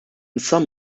some